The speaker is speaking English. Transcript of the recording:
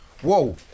whoa